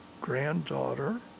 granddaughter